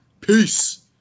Peace